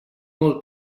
molt